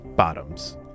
Bottoms